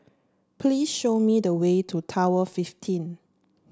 please show me the way to Tower Fifteen